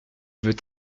veut